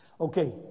Okay